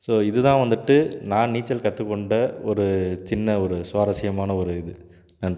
so இதுதான் வந்துவிட்டு நான் நீச்சல் கற்றுக்கொண்ட ஒரு சின்ன ஒரு சுவாரஸ்யமான ஒரு இது நன்றி